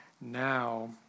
now